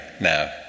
now